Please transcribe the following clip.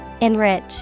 enrich